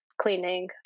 cleaning